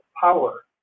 power